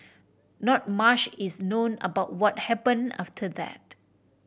not mush is known about what happen after that